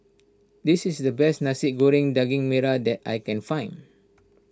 this is the best Nasi Goreng Daging Merah that I can find